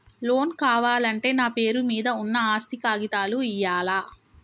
Loan కావాలంటే నా పేరు మీద ఉన్న ఆస్తి కాగితాలు ఇయ్యాలా?